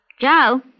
Joe